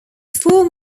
four